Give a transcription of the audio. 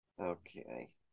Okay